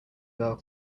girl